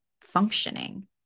functioning